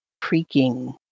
creaking